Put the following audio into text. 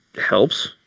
helps